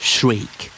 Shriek